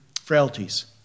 frailties